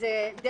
זאת אומרת,